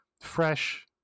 fresh